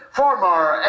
former